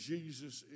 Jesus